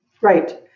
Right